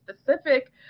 specific